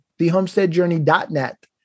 thehomesteadjourney.net